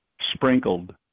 sprinkled